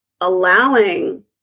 allowing